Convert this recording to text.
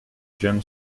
germ